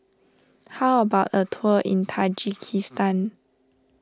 how about a tour in Tajikistan